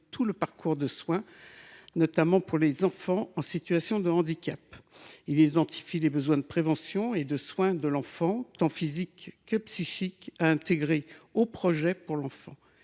le parcours de soins, notamment pour les enfants en situation de handicap. Il identifie les besoins de prévention et de soins tant physiques que psychiques à intégrer au projet pour l’enfant.